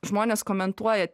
žmonės komentuoja